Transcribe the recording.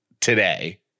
today